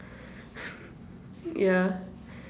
yeah